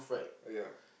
ah yup